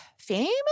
Famous